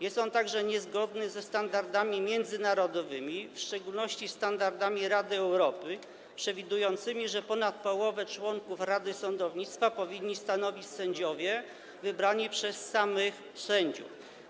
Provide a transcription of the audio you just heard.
Jest on także niezgodny ze standardami międzynarodowymi, w szczególności ze standardami Rady Europy przewidującymi, że ponad połowę członków rady sądownictwa powinni stanowić sędziowie wybrani przez samych sędziów.